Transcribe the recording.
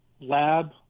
lab